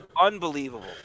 unbelievable